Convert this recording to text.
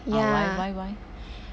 ya